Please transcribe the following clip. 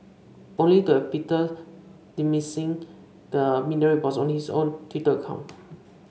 only to have Peters dismissing the media reports on his own Twitter account